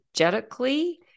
energetically